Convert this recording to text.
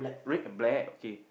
red and black okay